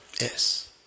Yes